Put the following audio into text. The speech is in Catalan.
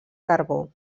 carbó